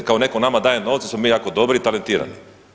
Kao netko nama daje novce jer smo mi jako dobri i talentirani.